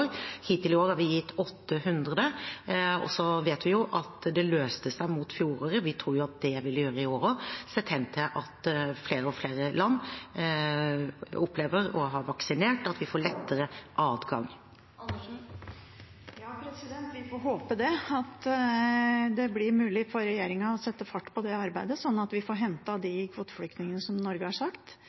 Hittil i år har det vært 800. Så vet vi jo at det løste seg utover fjoråret, og vi tror jo at det vil gjøre det i år også, sett hen til at flere og flere land opplever å ha vaksinert, at vi får lettere adgang. Vi får håpe det blir mulig for regjeringen å sette fart på det arbeidet, sånn at vi får hentet de kvoteflyktningene Norge har sagt